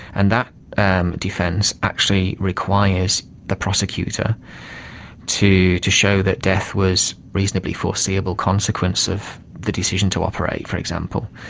and that um defence actually requires the prosecutor to to show that death was reasonably foreseeable consequence of the decision to operate, for example.